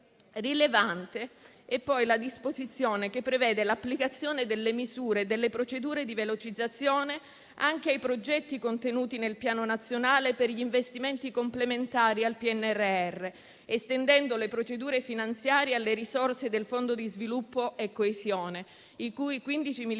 Rilevante è poi la disposizione che prevede l'applicazione delle misure e delle procedure di velocizzazione anche ai progetti contenuti nel Piano nazionale per gli investimenti complementari al PNRR, estendendo le procedure finanziarie alle risorse del Fondo per lo sviluppo e la coesione, i cui 15,5 miliardi